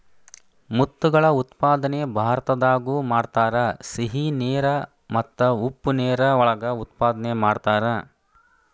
ಮುತ್ತುಗಳ ಉತ್ಪಾದನೆ ಭಾರತದಾಗು ಮಾಡತಾರ, ಸಿಹಿ ನೇರ ಮತ್ತ ಉಪ್ಪ ನೇರ ಒಳಗ ಉತ್ಪಾದನೆ ಮಾಡತಾರ